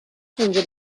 funge